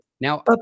Now